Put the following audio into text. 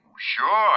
Sure